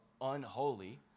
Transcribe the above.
unholy